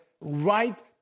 right